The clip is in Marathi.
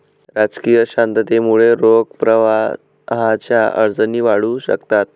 राजकीय अशांततेमुळे रोख प्रवाहाच्या अडचणी वाढू शकतात